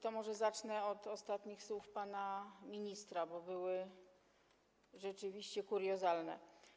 To może zacznę od ostatnich słów pana ministra, bo były rzeczywiście kuriozalne.